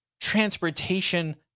transportation